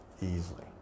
easily